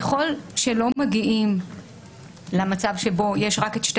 ככל שלא מגיעים למצב שבו יש רק את שתי